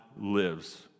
lives